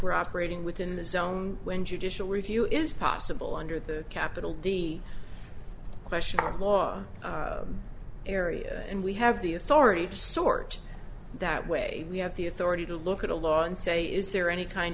we're operating within the zone when judicial review is possible under the capitol d question of law area and we have the authority to sort that way we have the authority to look at a law and say is there any kind